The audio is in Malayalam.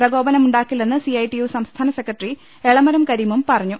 പ്രകോപന മുണ്ടാക്കില്ലെന്ന് സിഐടിയു സംസ്ഥാന സെക്രട്ടറി എളമരം കരീമും പറഞ്ഞു